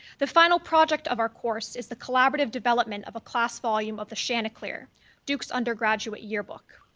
the final project of our course is the collaborative development of a class volume of the chanticleer duke's undergraduate yearbook.